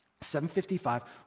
7.55